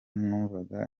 numvaga